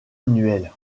annuel